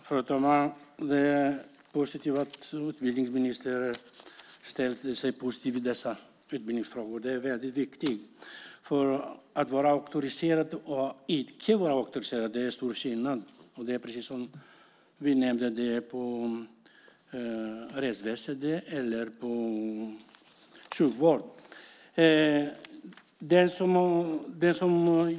Fru talman! Det är bra att utbildningsministern ställer sig positiv i dessa utbildningsfrågor. Detta är väldigt viktigt, för det är stor skillnad mellan en auktoriserad tolk och icke auktoriserad tolk inom, som vi nämnt, rättsväsendet eller sjukvården.